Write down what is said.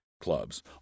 clubs